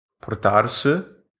portarse